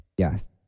Yes